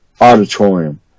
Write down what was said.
auditorium